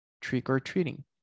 trick-or-treating